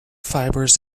fibers